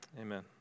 Amen